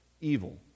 evil